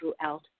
throughout